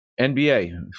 NBA